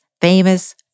famous